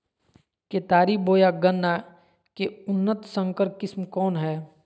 केतारी बोया गन्ना के उन्नत संकर किस्म कौन है?